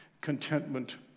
contentment